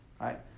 Right